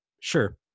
Sure